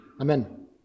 Amen